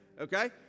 Okay